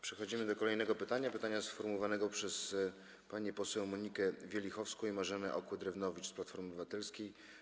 Przechodzimy do kolejnego pytania, sformułowanego przez panie poseł Monikę Wielichowską i Marzenę Okła-Drewnowicz z Platformy Obywatelskiej.